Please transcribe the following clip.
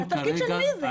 התפקיד של מי זה?